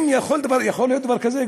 האם יכול להיות דבר כזה,